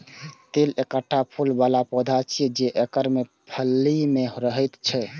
तिल एकटा फूल बला पौधा छियै, जे एकर फली मे रहैत छैक